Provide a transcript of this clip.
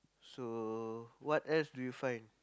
so what else do you find